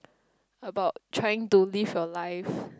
about trying to live a life